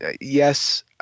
yes